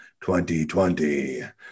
2020